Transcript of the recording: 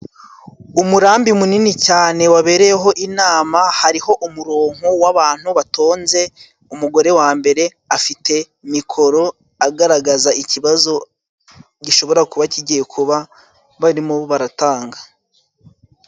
Umurambi munini cyane wabereyeho inama hariho umuronko w'abantu batonze, umugore wa mbere afite mikoro, agaragaza ikibazo gishobora kuba kigiye kuba barimo baratanga.